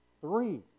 Three